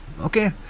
Okay